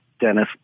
Dennis